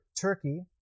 Turkey